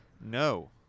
No